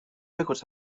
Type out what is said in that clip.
records